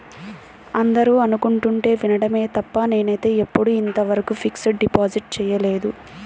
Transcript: అందరూ అనుకుంటుంటే వినడమే తప్ప నేనైతే ఎప్పుడూ ఇంతవరకు ఫిక్స్డ్ డిపాజిట్ చేయలేదు